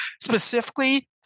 specifically